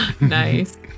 Nice